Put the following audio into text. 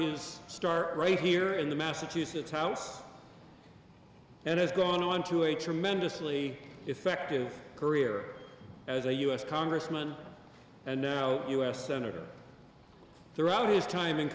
he's start right here in the massachusetts house and it's going to a tremendously effective career as a u s congressman and now u s senator throughout his time in